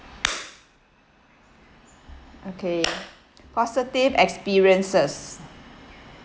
okay positive experiences